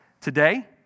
Today